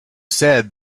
said